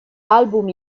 album